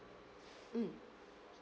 mm